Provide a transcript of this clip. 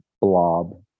blob